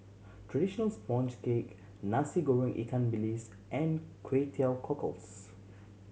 traditional sponge cake Nasi Goreng ikan bilis and Kway Teow Cockles